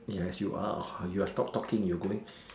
ya if you are or you are stop talking you going